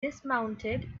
dismounted